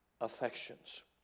affections